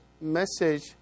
message